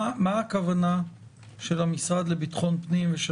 מה הכוונה של המשרד לביטחון פנים ושל